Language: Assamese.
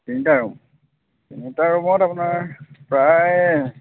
তিনিটা ৰূম তিনিটা ৰূমত আপোনাৰ প্ৰায়